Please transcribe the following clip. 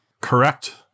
Correct